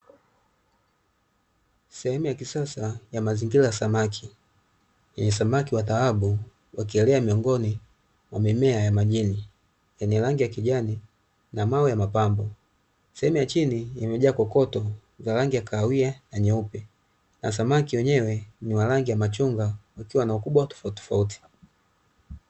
Sehemu ya kisasa ya mazingira ya samaki, yenye samaki wa dhahabu wakielea miongoni mwa mimea ya majini yenye rangi ya kijani na mawe ya mapambo. Sehemu ya chini imejaa kokoto za rangi ya kahawia na nyeupe, na samaki wenyewe ni wa rangi ya machungwa wakiwa na ukubwa tofautitofauti.